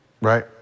right